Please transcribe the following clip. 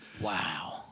Wow